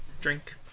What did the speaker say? Drink